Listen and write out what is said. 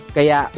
Kaya